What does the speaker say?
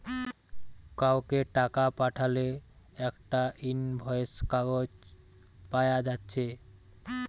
কাউকে টাকা পাঠালে একটা ইনভয়েস কাগজ পায়া যাচ্ছে